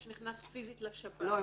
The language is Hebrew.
זה לא רק מי שנכנס פיזית לשב"ס --- לא,